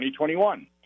2021